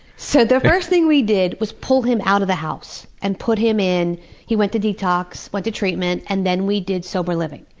so the first thing we did was pull him out of the house and put him in he went to detox, he went to treatment, and then we did sober living.